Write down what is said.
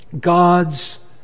God's